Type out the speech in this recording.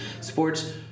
Sports